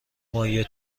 ماهی